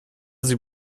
sie